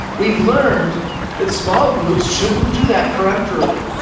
we've learned that small groups shouldn't do that peremptorily,